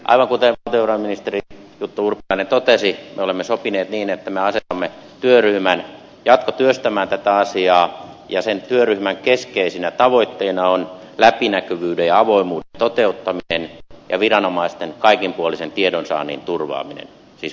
aivan kuten valtiovarainministeri jutta urpilainen totesi me olemme sopineet niin että me asetamme työryhmän jatkotyöstämään tätä asiaa ja sen työryhmän keskeisenä tavoitteena on läpinäkyvyyden ja avoimuuden toteuttaminen ja viranomaisten kaikinpuolisen tiedonsaannin turvaaminen siis viranomaisten poliisin verottajan ja niin edelleen